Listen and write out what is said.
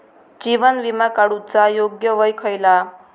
जीवन विमा काडूचा योग्य वय खयला?